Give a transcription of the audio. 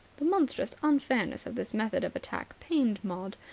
the monstrous unfairness of this method of attack pained maud.